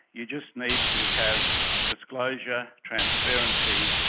you just need to have disclosure, transparency,